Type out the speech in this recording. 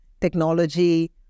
technology